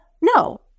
No